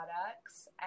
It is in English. products